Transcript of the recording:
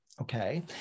Okay